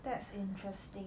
that's interesting